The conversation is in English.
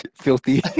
filthy